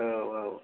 औ औ